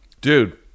Dude